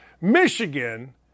Michigan